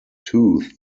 toothed